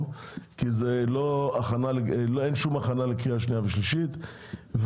כי זה אין הכנה לקריאה שנייה ושלישית.